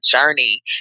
journey